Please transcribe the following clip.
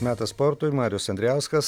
metas sportui marius andrijauskas